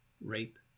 rape